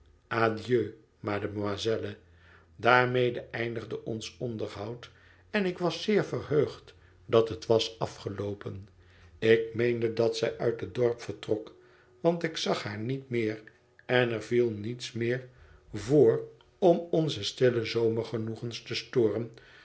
adieu mademoiselle daarmede eindigde ons onderhoud en ik was zeer verheugd dat het was afgeloopen ik meende dat zij uit het dorp vertrok want ik zag haar niet meer en er viel niets meer voor om onze stille zomergenoegens te storen